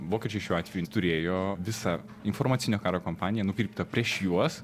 vokiečiai šiuo atveju turėjo visą informacinio karo kampaniją nukreiptą prieš juos